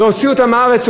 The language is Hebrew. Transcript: להוציא אותם מהארץ,